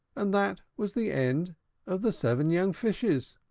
and that was the end of the seven young fishes.